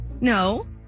No